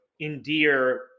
endear